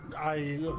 i